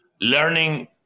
learning